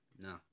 no